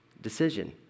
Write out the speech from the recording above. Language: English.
decision